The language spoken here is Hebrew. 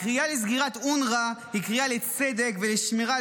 הקריאה לסגירת אונר"א היא קריאה לצדק ולשמירה על